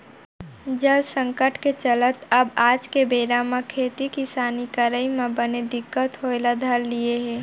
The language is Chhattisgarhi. जल संकट के चलत अब आज के बेरा म खेती किसानी करई म बने दिक्कत होय ल धर लिये हे